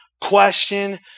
question